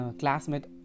classmate